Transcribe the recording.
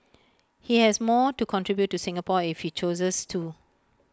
he has more to contribute to Singapore if he chooses to